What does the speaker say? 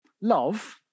Love